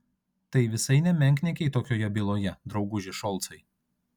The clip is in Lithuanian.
tai visai ne menkniekiai tokioje byloje drauguži šolcai